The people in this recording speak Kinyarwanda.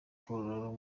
paul